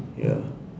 ya lah